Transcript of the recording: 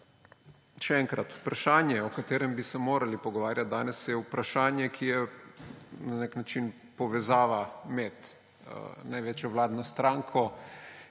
Še enkrat, vprašanje, o katerem bi se morali pogovarjati danes, je vprašanje, ki je na nek način povezava med največjo vladno stranko